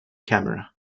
camera